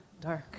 dark